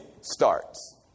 starts